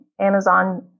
Amazon